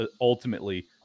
ultimately